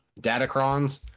datacrons